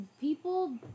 people